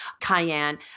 cayenne